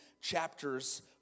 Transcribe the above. chapters